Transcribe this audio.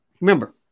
remember